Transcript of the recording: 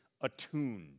attuned